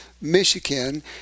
Michigan